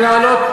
אתה לא עונה לו?